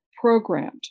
programmed